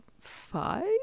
five